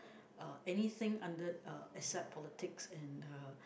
uh anything under uh except politics and uh